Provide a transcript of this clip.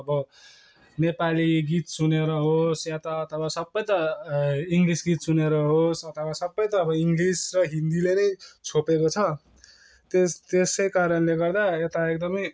अब नेपाली गीत सुनेर होस् या त अथवा सबै त इङ्ग्लिस गीत सुनेर होस् अथवा सबै त इङ्लिस र हिन्दीले छोपेको छ त्यस त्यसै कारणले गर्दा यता एकदमै